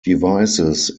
devices